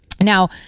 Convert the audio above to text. Now